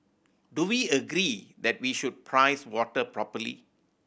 do we agree that we should price water properly